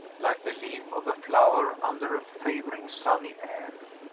like the leaf of a flower under a favoring sunny air.